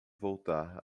voltar